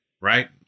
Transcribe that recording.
right